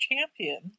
champion